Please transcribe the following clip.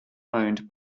owned